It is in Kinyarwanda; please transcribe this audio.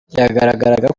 byagaragaraga